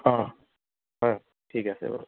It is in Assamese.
অঁ হয় ঠিক আছে বাৰু